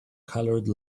colored